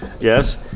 Yes